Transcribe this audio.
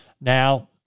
Now